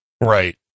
Right